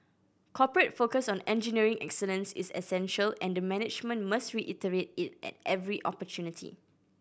corporate focus on engineering excellence is essential and the management must reiterate it at every opportunity